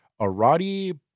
Arati